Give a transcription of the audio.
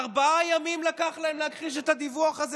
ארבעה ימים לקח להם להכחיש את הדיווח הזה.